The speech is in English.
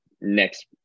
next